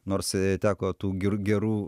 nors teko tų ger gerų